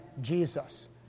Jesus